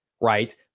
right